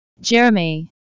Jeremy